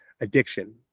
addiction